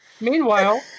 Meanwhile